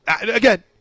Again